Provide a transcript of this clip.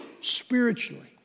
spiritually